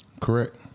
Correct